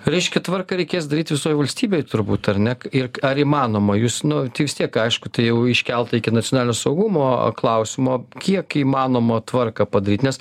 reiškia tvarką reikės daryt visoj valstybėj turbūt ar ne k ir ar įmanoma jus nu tai vis tiek aišku tai jau iškelta iki nacionalinio saugumo klausimo kiek įmanoma tvarką padaryt nes